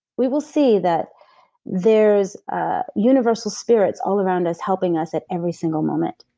we will see that there's ah universal spirits all around us helping us at every single moment.